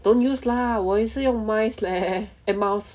don't use lah 我也是用 mice leh eh mouse